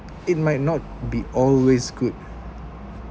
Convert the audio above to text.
it might not be always good